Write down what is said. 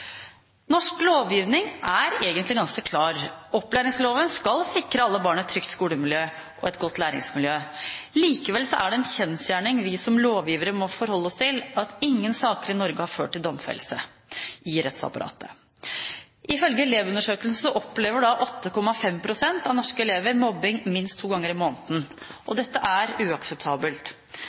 Norsk lovgivning er egentlig ganske klar. Opplæringsloven skal sikre alle barn et trygt skolemiljø og et godt læringsmiljø. Likevel er det en kjensgjerning vi som lovgivere må forholde oss til, at ingen saker i Norge har ført til domfellelse i rettsapparatet. Ifølge Elevundersøkelsen 2010 opplever ca. 8,5 pst. av norske elever mobbing minst to ganger i måneden. Dette er uakseptabelt.